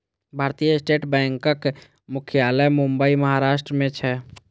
भारतीय स्टेट बैंकक मुख्यालय मुंबई, महाराष्ट्र मे छै